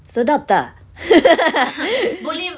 sedap tak